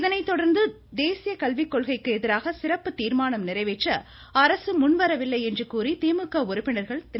இதனைத்தொடர்ந்து தேசிய கல்விக்கொள்கைக்கு எதிராக சிறப்பு தீர்மானம் நிறைவேற்ற அரசு முன்வரவில்லை என்று கூறி திமுக உறுப்பினர்கள் திரு